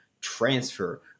transfer